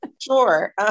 Sure